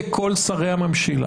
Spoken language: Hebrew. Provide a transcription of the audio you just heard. לכל שרי הממשלה,